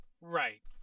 right